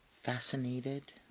Fascinated